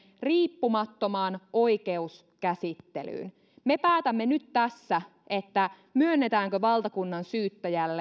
riippumattomaan oikeuskäsittelyyn me päätämme nyt tässä myönnetäänkö valtakunnansyyttäjälle